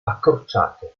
accorciato